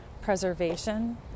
preservation